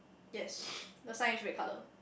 yes the sign is red colour